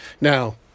Now